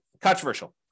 controversial